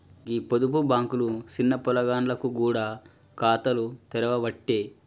గీ పొదుపు బాంకులు సిన్న పొలగాండ్లకు గూడ ఖాతాలు తెరవ్వట్టే